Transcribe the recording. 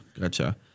gotcha